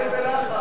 איזה לחץ.